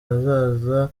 hazaza